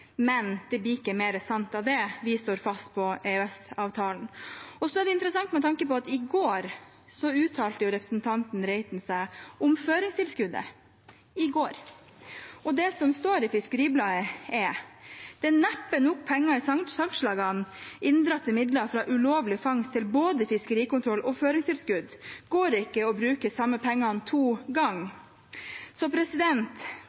men det blir ikke mer sant av det. Vi står fast på EØS-avtalen. Dette er også interessant at representanten Reiten i går uttalte seg om føringstilskuddet. Det som står i Fiskeribladet, er: «Det er neppe nok penger i fiskesalgslagenes «inndratte midler fra ulovlig fangst» til både å finansiere en framtidig fiskerikontroll og føringstilskudd. Det går ikke an å bruke de samme pengene to